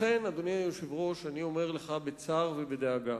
לכן, אדוני היושב-ראש, אני אומר לך בצער ובדאגה